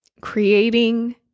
Creating